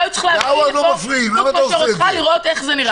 לא היו צריכים להביא לפה חוץ מאשר אותך לראות איך זה נראה.